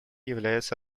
является